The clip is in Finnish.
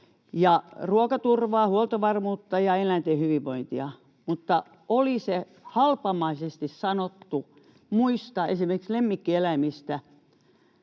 ruokaturvaa, huoltovarmuutta ja eläinten hyvinvointia, mutta oli se halpamaisesti sanottu muista, esimerkiksi lemmikkieläimistä.